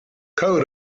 coat